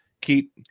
keep